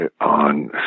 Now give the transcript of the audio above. on